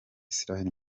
israel